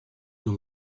dans